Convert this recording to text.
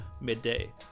midday